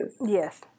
Yes